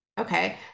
Okay